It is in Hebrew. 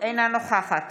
אינה נוכחת